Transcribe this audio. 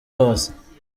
hose